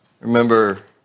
Remember